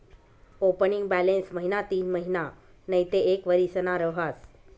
opening balance महिना तीनमहिना नैते एक वरीसना रहास